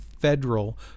federal